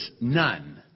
none